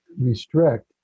restrict